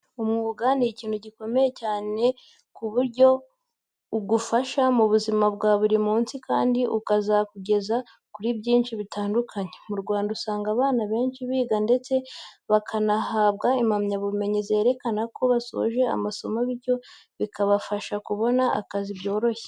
Umwuga ni ikintu gikomeye cyane ku buryo ugufasha mu buzima bwa buri munsi kandi ukazakugeza kuri byinshi bitandukanye. Mu Rwanda usanga abana benshi biga ndetse bakanahabwa impamyabumenyi zerekana ko basoje amasomo bityo bikabafasha kubona akazi byoroshye.